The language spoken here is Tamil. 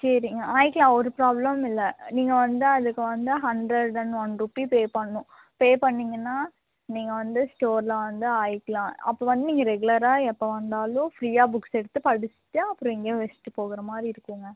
சரிங்க ஆகிக்கிலாம் ஒரு ப்ராப்ளம் இல்லை நீங்கள் வந்தால் அதுக்கு வந்து hundred and one rupee pay பண்ணணும் பே பண்ணீங்கன்னால் நீங்கள் வந்து ஸ்டோரில் வந்து ஆகிக்கிலாம் அப்போ வந்து நீங்கள் ரெகுலராக எப்போ வந்தாலும் ஃப்ரீயாக ஃபுக்ஸ் எடுத்து படிச்சிட்டு அப்புறம் இங்கேயே வெச்சிட்டு போகிற மாதிரி இருக்குங்க